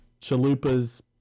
chalupas